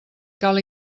cal